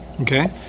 Okay